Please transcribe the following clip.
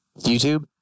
YouTube